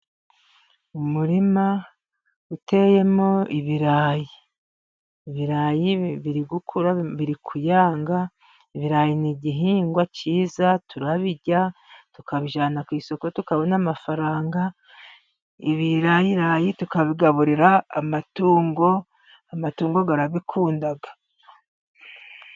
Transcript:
Umurima uteyemo ibirayi, ibirayi biri gukura biri kuyanga, ibirayi ni igihingwa cyiza turabirya, tukabijyana ku isoko tukabona amafaranga ibirayirayi tukabigaburira amatungo, amatungo arabikunda.